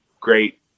great